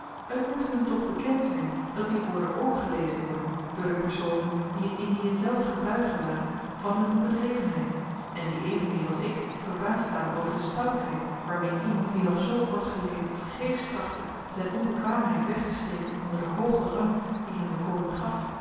het moet hun toch bekend zyn dat die woorden ook gelezen worden door de personen die in indie zelf getuigen waren van hun onbedrevenheid en die evenzeer als ik verbaasd staan over de stoutheid waarmee iemand die nog zoo kort geleden vergeefs trachtte zyn onbekwaamheid wegtesteken onder den hoogen rang dien hem de koning gaf